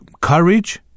courage